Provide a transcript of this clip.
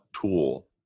tool